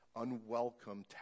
unwelcome